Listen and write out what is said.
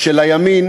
של הימין